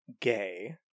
Gay